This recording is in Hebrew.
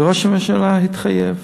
וראש הממשלה התחייב.